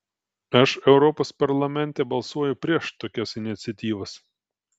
aš europos parlamente balsuoju prieš tokias iniciatyvas